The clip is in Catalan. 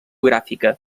gràfica